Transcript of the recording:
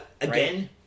again